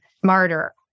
smarter